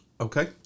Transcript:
Okay